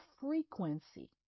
frequency